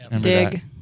dig